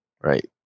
right